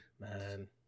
Man